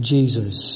Jesus